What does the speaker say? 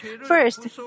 First